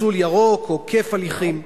מסלול ירוק עוקף הליכים.